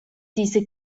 diese